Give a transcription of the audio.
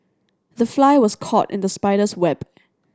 the fly was caught in the spider's web